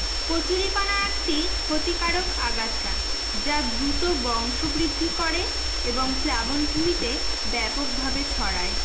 কচুরিপানা একটি ক্ষতিকারক আগাছা যা দ্রুত বংশবৃদ্ধি করে এবং প্লাবনভূমিতে ব্যাপকভাবে ছড়ায়